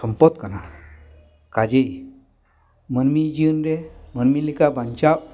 ᱥᱚᱢᱯᱚᱫ ᱠᱟᱱᱟ ᱠᱟᱡᱮ ᱢᱟᱹᱱᱢᱤ ᱡᱤᱭᱚᱱ ᱨᱮ ᱢᱟᱹᱱᱢᱤ ᱞᱮᱠᱟ ᱵᱟᱧᱪᱟᱜ